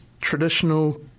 traditional